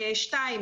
שניים,